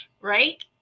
Right